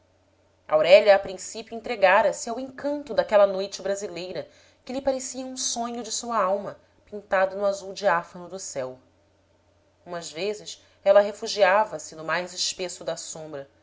trovador aurélia a princípio entregara se ao encanto daquela noite brasileira que lhe parecia um sonho de sua alma pintado no azul diáfano do céu umas vezes ela refugiava-se no mais espesso da sombra